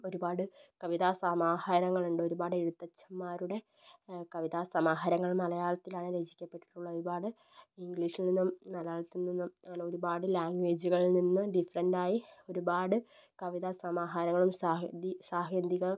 ഒരുപാട് കവിതാസമാഹാരങ്ങൾ ഉണ്ട് ഒരുപാട് എഴുത്തച്ഛന്മാരുടെ കവിതാസമാഹാരങ്ങൾ മലയാളത്തിലാണ് രചിക്കപ്പെട്ടിട്ടുള്ളത് ഒരുപാട് ഇംഗ്ലീഷിൽ നിന്നും മലയാളത്തിൽ നിന്നും അങ്ങനെ ഒരുപാട് ലാംഗ്വേജുകളിൽ നിന്ന് ഡിഫറൻറ്റ് ആയി ഒരുപാട് കവിതാ സമാഹാരങ്ങളും സാഹെ സാഹേന്ധിക